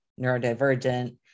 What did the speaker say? neurodivergent